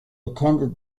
attended